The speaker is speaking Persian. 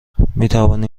میتوانی